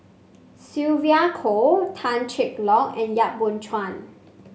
Sylvia Kho Tan Cheng Lock and Yap Boon Chuan